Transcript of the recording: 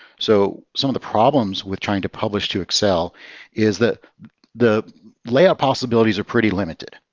so some of the problems with trying to publish to excel is that the layout possibilities are pretty limited.